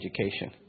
education